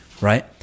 right